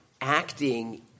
acting